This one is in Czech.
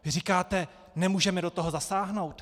Vy říkáte nemůžeme do toho zasáhnout.